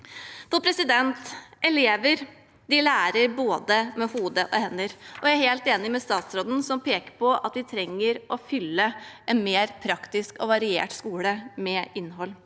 læringsresultater. Elever lærer både med hodet og med hendene, og jeg er helt enig med statsråden, som peker på at vi trenger å fylle en mer praktisk og variert skole med innhold.